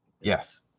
Yes